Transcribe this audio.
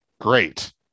great